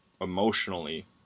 emotionally